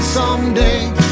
Someday